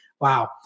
wow